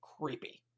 creepy